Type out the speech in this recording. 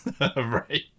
Right